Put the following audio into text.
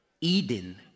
Eden